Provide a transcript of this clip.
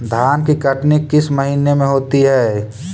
धान की कटनी किस महीने में होती है?